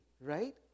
right